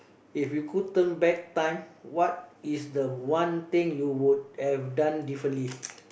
if you could turn back time what is the one thing you would have done differently